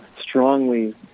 strongly